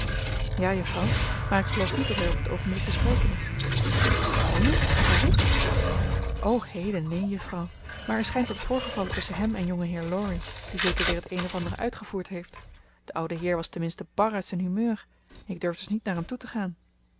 ja juffrouw maar ik geloof niet dat hij op het oogenblik te spreken is waarom niet is hij ziek o heden neen juffrouw maar er schijnt wat voorgevallen tusschen hem en jongeheer laurie die zeker weer het een of ander uitgevoerd heeft de oude heer was tenminste bar uit zijn humeur ik durf dus niet naar hem toegaan waar